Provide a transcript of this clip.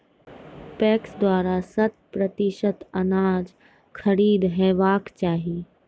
PACS द्वारा शत प्रतिसत अनाज खरीद हेवाक चाही?